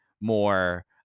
more